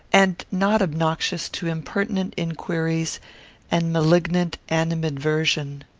and not obnoxious to impertinent inquiries and malignant animadversion.